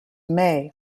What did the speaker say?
may